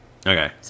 Okay